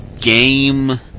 game